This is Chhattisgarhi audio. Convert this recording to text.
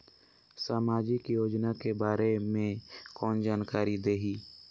समाजिक योजना के बारे मे कोन जानकारी देही?